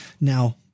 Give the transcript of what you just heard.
Now